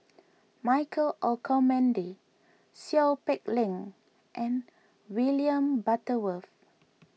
Michael Olcomendy Seow Peck Leng and William Butterworth